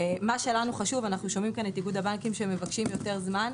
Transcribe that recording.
אנו שומעים פה את איגוד הבנקים שמבקשים יותר זמן.